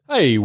Hey